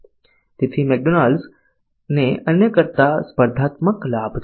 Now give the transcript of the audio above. તેથી મેકડોનાલ્ડ્સને અન્ય કરતા સ્પર્ધાત્મક લાભ છે